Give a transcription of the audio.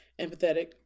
empathetic